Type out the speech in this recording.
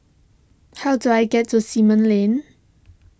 how do I get to Simon Lane